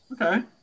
Okay